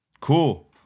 Cool